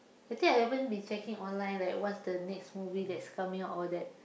I think I haven't been checking online like what's the next movie that's coming out all that